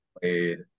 played